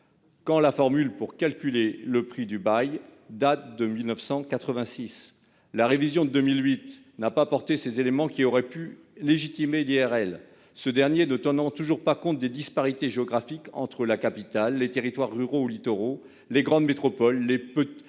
quand la formule pour calculer le prix du bail date de 1986 ... La révision de 2008 n'a pas porté sur les éléments qui auraient pu légitimer l'IRL, ce dernier ne tenant toujours pas compte des disparités géographiques qui existent entre la capitale, les territoires ruraux ou littoraux, les grandes et petites